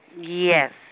Yes